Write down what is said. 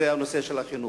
זה נושא החינוך,